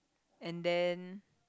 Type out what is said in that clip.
and then